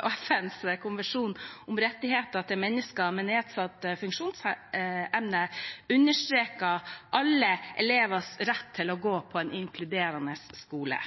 FNs konvensjon om rettigheter til mennesker med nedsatt funksjonsevne understreket alle elevers rett til å gå på en inkluderende skole.